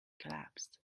collapsed